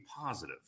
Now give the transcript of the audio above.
positive